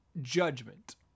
judgment